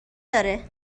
داره